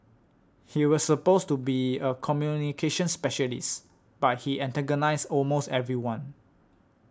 he was supposed to be a communications specialist but he antagonised almost everyone